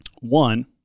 One